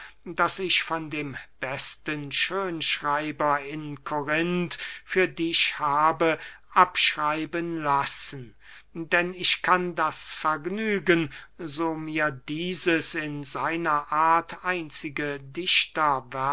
das ich von dem besten schönschreiber in korinth für dich habe abschreiben lassen denn ich kann das vergnügen so mir dieses in seiner art einzige